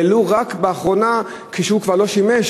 העלו רק באחרונה, כשהוא כבר לא שימש